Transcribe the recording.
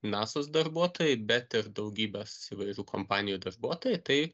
nasos darbuotojai bet ir daugybės įvairių kompanijų darbuotojai tai